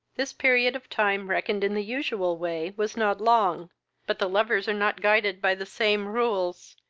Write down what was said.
this period of time, reckoned in the usual way, was not long but the lovers are not guided by the same rules,